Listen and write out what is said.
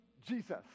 Jesus